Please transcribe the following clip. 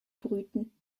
brüten